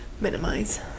minimize